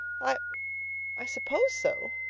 i i suppose so,